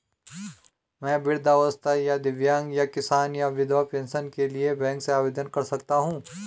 मैं वृद्धावस्था या दिव्यांग या किसान या विधवा पेंशन के लिए बैंक से आवेदन कर सकता हूँ?